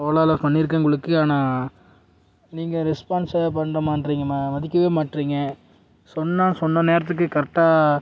ஓலாவில் பண்ணியிருக்கேன் உங்களுக்கு ஆனால் நீங்கள் ரெஸ்பான்ஸே பண்ண மாட்டுரீங்க மேம் மதிக்கவே மாட்டுரீங்க சொன்னால் சொன்ன நேரத்துக்கு கரெக்டாக